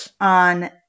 on